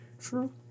True